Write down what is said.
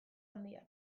handiak